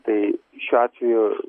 tai šiuo atveju